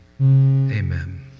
Amen